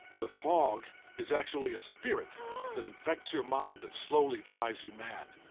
the fog is actually a spirit that infects your mind and slowly drives you mad,